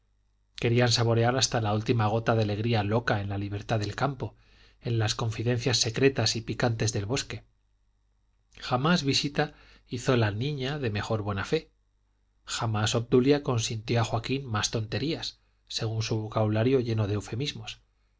querían saborear hasta la última gota de alegría loca en la libertad del campo en las confidencias secretas y picantes del bosque jamás visita hizo la niña de mejor buena fe jamás obdulia consintió a joaquín más tonterías según su vocabulario lleno de eufemismos